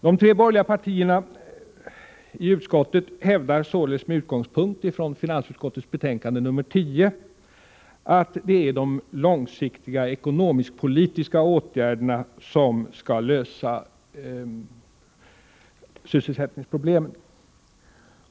De tre borgerliga partierna i utskottet hävdar således med utgångspunkt i finansutskottets betänkande 10 att det är de långsiktiga ekonomisk-politiska åtgärderna som skall lösa sysselsättningsproblemen.